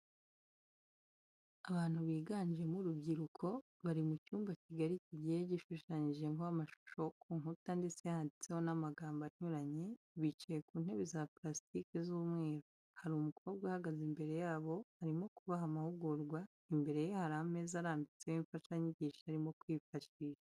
Abantu biganjemo urubyiruko bari mu cyumba kigari kigiye gishushanyijeho amashusho ku nkuta ndetse handitseho n'amagambo anyuranye bicaye ku ntebe za purasitiki z'umweru, hari umukobwa uhagaze imbere yabo arimo kubaha amahugurwa, imbere ye hari ameza arambitseho imfashanyigisho arimo kwifashisha.